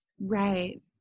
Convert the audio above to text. Right